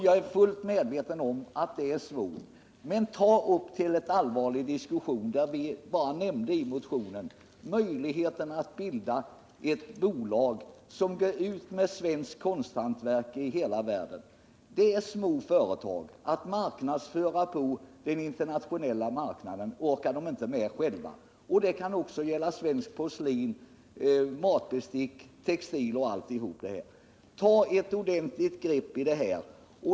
Jag är fullt medveten om att det är svårt. Men ta upp till allvarlig diskussion den möjlighet som vi nämnde i motionen, att man bildar ett bolag som går ut med svenskt konsthantverk i hela världen. Det är små företag, och de orkar inte med att själva marknadsföra sina produkter på den internationella marknaden. Det kan också gälla svenskt porslin, matbestick, textilier och annat. Ta ett ordentligt grepp om detta!